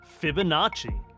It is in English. Fibonacci